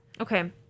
Okay